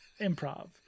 improv